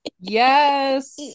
Yes